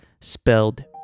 spelled